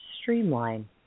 streamline